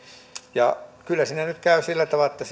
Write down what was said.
ja kyllä siinä nyt käy sillä tavalla että